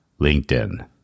LinkedIn